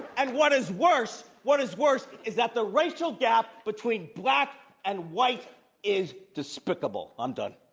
and what is worse, what is worse is that the racial gap between blacks and whites is despicable. i'm done.